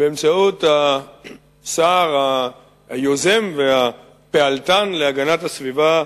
באמצעות השר היוזם והפעלתן להגנת הסביבה,